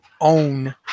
own